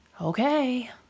okay